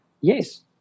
yes